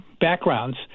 backgrounds